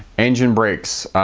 engine brakes,